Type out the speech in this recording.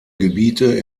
gebiete